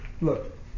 Look